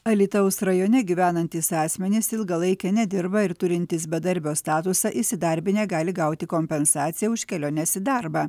alytaus rajone gyvenantys asmenys ilgą laike nedirba ir turintys bedarbio statusą įsidarbinę gali gauti kompensaciją už keliones į darbą